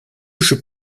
jeu